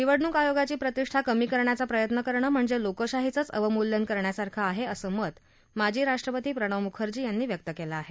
निवडणूक आयोगाची प्रतिष्ठा कमी करण्याचा प्रयत्न करणं म्हणजे लोकशाहीचंच अवमूल्यन करण्यासारखं आहे असं मत माजी राष्ट्रपती प्रणव मुखर्जी यांनी व्यक्त केलं आहे